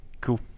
Cool